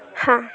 ହଁ